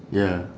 ya